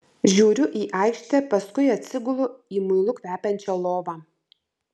žiūriu į aikštę paskui atsigulu į muilu kvepiančią lovą